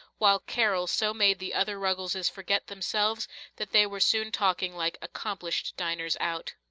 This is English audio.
while carol so made the other ruggleses forget themselves that they were soon talking like accomplished diners-out.